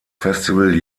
festival